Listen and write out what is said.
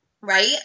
right